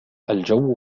الجو